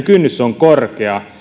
kynnys on korkea